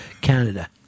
Canada